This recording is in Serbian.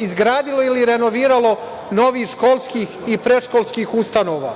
izgradilo ili renoviralo novih školskih i predškolskih ustanova,